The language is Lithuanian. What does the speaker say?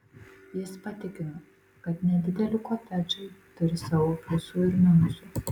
jis patikino kad nedideli kotedžai turi savo pliusų ir minusų